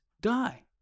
die